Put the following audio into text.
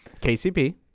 KCP